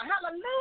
Hallelujah